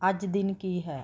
ਅੱਜ ਦਿਨ ਕੀ ਹੈ